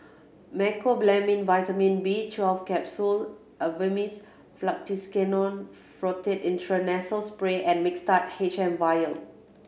Mecobalamin Vitamin B twelve Capsule Avamys Fluticasone Furoate Intranasal Spray and Mixtard H M Vial